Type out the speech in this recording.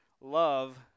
love